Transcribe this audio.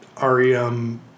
REM